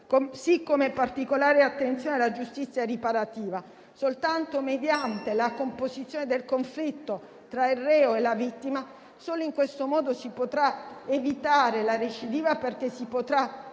altresì particolare attenzione alla giustizia riparativa: soltanto mediante la composizione del conflitto tra il reo e la vittima si potrà evitare la recidiva, perché si potrà